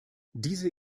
diese